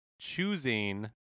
choosing